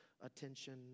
attention